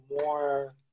more-